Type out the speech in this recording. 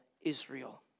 Israel